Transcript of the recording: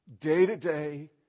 day-to-day